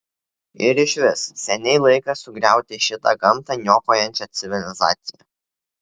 ir išvis seniai laikas sugriauti šitą gamtą niokojančią civilizaciją